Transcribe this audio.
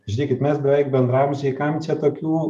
žiūrėkit mes beveik bendraamžiai kam čia tokių